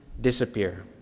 disappear